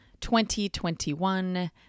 2021